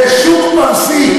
זה שוק פרסי.